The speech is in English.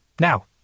Now